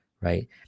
right